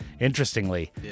Interestingly